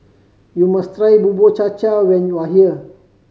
you must try Bubur Cha Cha when you are here